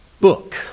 book